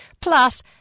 Plus